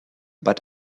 but